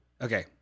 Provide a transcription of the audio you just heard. Okay